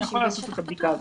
אני יכול לעשות את הבדיקה הזאת.